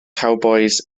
cowbois